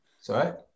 Sorry